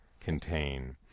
contain